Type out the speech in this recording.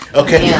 okay